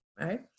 right